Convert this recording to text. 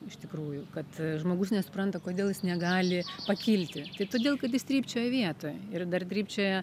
iš tikrųjų kad žmogus nesupranta kodėl jis negali pakilti tai todėl kad jis trypčioja vietoj ir dar trypčioja